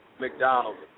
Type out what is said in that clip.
McDonald's